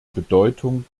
bedeutung